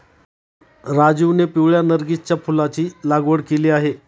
राजीवने पिवळ्या नर्गिसच्या फुलाची लागवड केली आहे